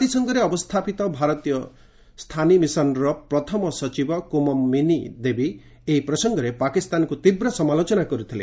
ଜାତିସଂଘରେ ଅବସ୍ଥାପିତ ଭାରତୀୟ ସ୍ଥାନି ମିଶନ୍ର ପ୍ରଥମ ସଚିବ କୁମମ ମିନି ଦେବୀ ଏହି ପ୍ରସଙ୍ଗରେ ପାକିସ୍ତାନକୁ ତୀବ୍ର ସମାଲୋଚନା କରିଥିଲେ